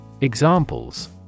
Examples